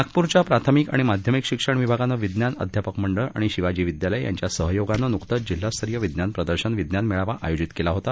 नागपूरच्या प्राथमिक आणि माध्यमिक शिक्षण विभागानं विज्ञान अध्यापक मंडळ आणि शिवाजी विद्यालय यांच्या सहयोगानं नुकतंच जिल्हास्तरीय विज्ञान प्रदर्शन विज्ञान मेळावा आयोजित केला होता